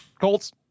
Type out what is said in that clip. colts